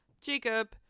Jacob